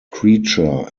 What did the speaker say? creature